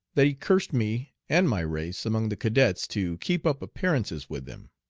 that he cursed me and my race among the cadets to keep up appearances with them,